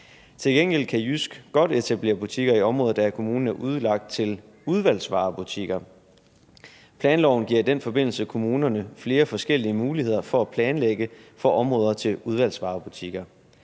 Til gengæld kan JYSK godt etablere butikker i områder, der af kommunen er udlagt til udvalgsvarebutikker. Planloven giver i den forbindelse kommunerne flere forskellige muligheder for at planlægge for områder til udvalgsvarebutikker.